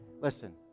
listen